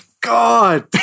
God